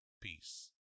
Peace